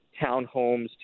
townhomes